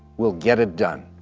we'll get it done.